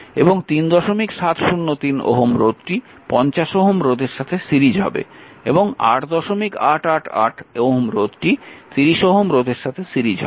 এবং 3703 Ω রোধটি 50 Ω রোধের সাথে সিরিজ হবে এবং 8888 Ω রোধটি 30 Ω রোধের সাথে সিরিজ হবে